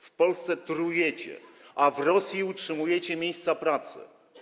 W Polsce trujecie, a w Rosji utrzymujecie miejsca pracy.